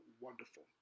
wonderful